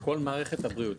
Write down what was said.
כל מערכת הבריאות.